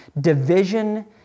division